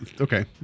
Okay